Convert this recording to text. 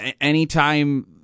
anytime